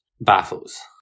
Baffles